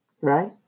right